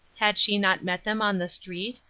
had she not met them on the street,